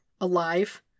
alive